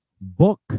book